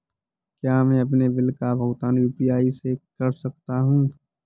क्या मैं अपने बिल का भुगतान यू.पी.आई से कर सकता हूँ?